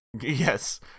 Yes